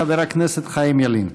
חבר הכנסת חיים ילין.